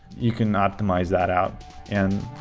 you can optimize that out and